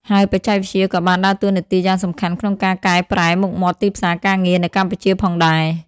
ហើយបច្ចេកវិទ្យាក៏បានដើរតួនាទីយ៉ាងសំខាន់ក្នុងការកែប្រែមុខមាត់ទីផ្សារការងារនៅកម្ពុជាផងដែរ។